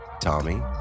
Tommy